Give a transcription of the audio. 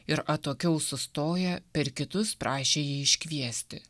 ir atokiau sustoję per kitus prašė jį iškviesti